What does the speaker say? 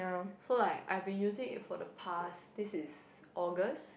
so like I been use it for the past this is August